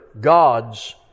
God's